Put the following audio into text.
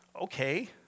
okay